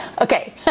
Okay